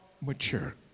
mature